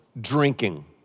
drinking